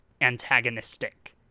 antagonistic